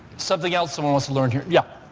something else someone wants to learn here. yeah